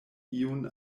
iun